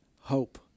hope